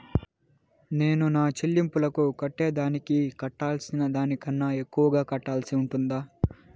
నేను నా సెల్లింపులకు కట్టేదానికి కట్టాల్సిన దానికన్నా ఎక్కువగా కట్టాల్సి ఉంటుందా?